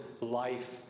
life